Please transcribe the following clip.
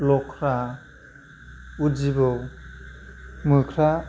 लख्रा उद जिबौ मोख्रा